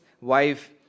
wife